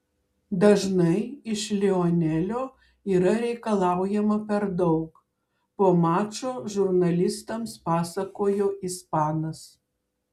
dažnai iš lionelio yra reikalaujama per daug po mačo žurnalistams pasakojo ispanas